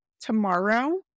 tomorrow